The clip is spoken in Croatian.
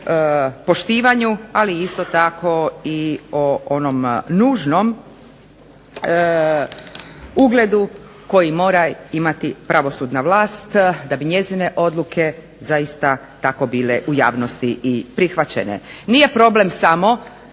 poštivanju, ali isto tako i o onom nužnom ugledu koji mora imati pravosudna vlast da bi njezine odluke zaista tako bile u javnosti i prihvaćene.